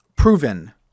Proven